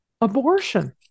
abortion